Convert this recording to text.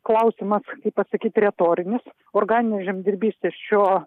klausimas pasakyt retorinis organinė žemdirbystė šiuo